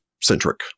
centric